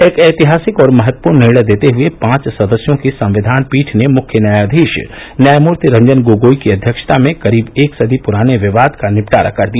एक ऐतिहासिक और महत्वपूर्ण निर्णय देते हुए पांच सदस्यों की संविधान पीठ ने मुख्य न्यायाधीश न्यायमूर्ति रंजन गोगोई की अध्यक्षता में करीब एक सदी पुराने विवाद का निपटारा कर दिया